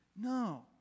No